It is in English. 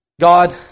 God